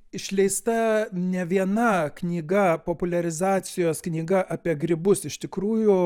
išleista ne viena knyga populiarizacijos knyga apie grybus iš tikrųjų